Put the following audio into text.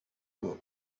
bwa